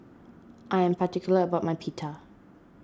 I am particular about my Pita